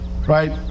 Right